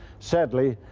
sadly,